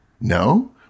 No